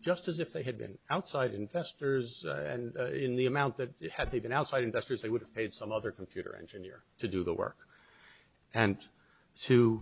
just as if they had been outside investors and in the amount that had they been outside investors they would have paid some other computer engineer to do the work and to